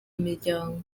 imiryango